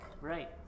Right